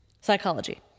psychology